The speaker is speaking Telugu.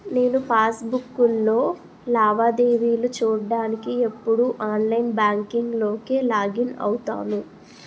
నేను పాస్ బుక్కులో లావాదేవీలు చూడ్డానికి ఎప్పుడూ ఆన్లైన్ బాంకింక్ లోకే లాగిన్ అవుతాను